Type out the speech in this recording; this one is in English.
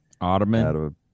Ottoman